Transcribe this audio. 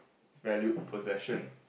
valued possession